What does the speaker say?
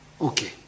Okay